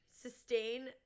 sustain